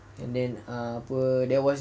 and then apa that was